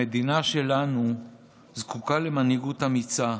המדינה שלנו זקוקה למנהיגות אמיצה,